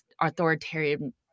authoritarian